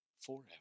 Forever